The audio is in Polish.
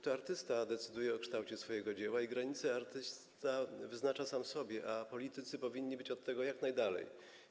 To artysta decyduje o kształcie swojego dzieła i granice artysta wyznacza sam sobie, a politycy powinni być od tego jak najdalej.